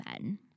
Men